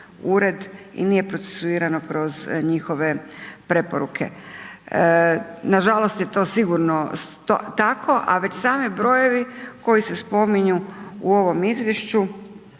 i nije procesuirano kroz njihove preporuke. Nažalost je to sigurno tako a već sami brojevi koji se spominju u ovom izvješću